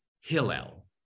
Hillel